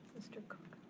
mr. cook.